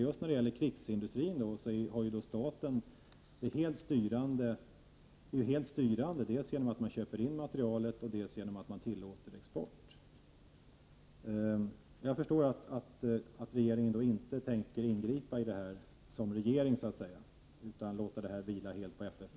Just när det gäller krigsindustrin är ju staten helt styrande, dels genom att man köper in materielen, dels genom att man tillåter export. Jag förstår att regeringen så att säga inte tänker ingripa som regering utan låter åtgärderna vila helt på FFV.